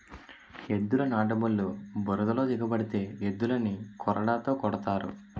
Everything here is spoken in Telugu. ఎద్దుల నాటుబల్లు బురదలో దిగబడితే ఎద్దులని కొరడాతో కొడతారు